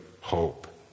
hope